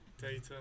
Data